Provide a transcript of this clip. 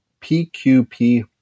PQP